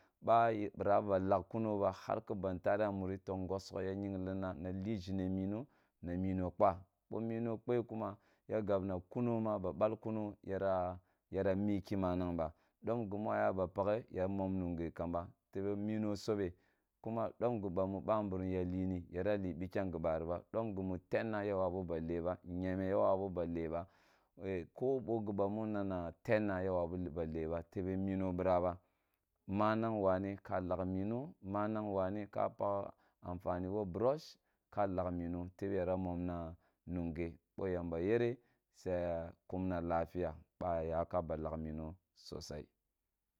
Baa ye bira ba lagh kuno ba harke ban tere mari to ngodogh ya yingle na na li ʒhine mino na mino kpa bo miro kpe kuma ya gabna kuro ma ba bal kuno yara yara miki manag ba dom gimu yaba pakhe mom ninge ba tebe miro sobe kuma dom gi ba mu bamburum ya tini yara ti bike gibani ba dim gimu tenna ya wabu ba kuba nyeme ya wabu ba te ba ko goba mu nena tenna ye bae ko giba mu nena tenna ye wabu ba le ba mamng ane ka lagh mino manang wane ka pakh anfani wo brush ka lagh mino teb yara monna munge bo yamba yere siya kumna lafiya ba yka ba lagh mino sosai.